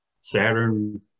Saturn